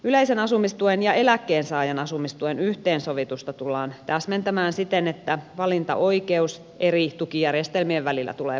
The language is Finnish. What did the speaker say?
yleisen asumistuen ja eläkkeensaajan asumistuen yhteensovitusta tullaan täsmentämään siten että valintaoikeus eri tukijärjestelmien välillä tulee poistumaan